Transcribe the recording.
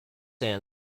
ann